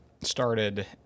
started